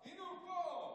הינה הוא פה.